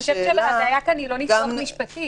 הבעיה כאן היא לא ניסוח משפטי.